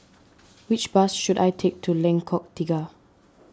which bus should I take to Lengkok Tiga